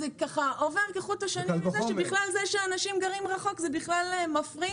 עובר כחוט השני שעצם זה שאנשים גרים רחוק זה דבר שמפריע.